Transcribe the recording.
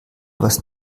was